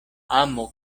amo